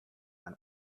ein